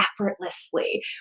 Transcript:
effortlessly